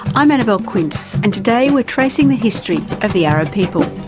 i'm annabelle quince and today we're tracing the history of the arab people.